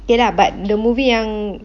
okay lah but the movie yang